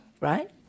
right